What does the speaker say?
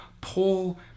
Paul